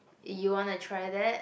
you wanna try that